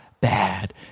bad